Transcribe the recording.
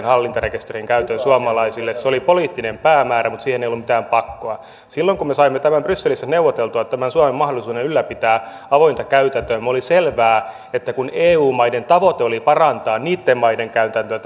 hallintarekisterin käytön suomalaisille se oli poliittinen päämäärä mutta siihen ei ollut mitään pakkoa silloin kun me saimme brysselissä neuvoteltua tämän suomen mahdollisuuden ylläpitää avointa käytäntöä oli selvää että eu maiden tavoite oli tällä asetuksella parantaa niitten maiden käytäntöä